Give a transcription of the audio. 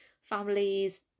families